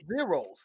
zeros